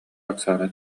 оксана